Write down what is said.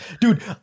dude